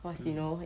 mm